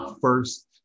first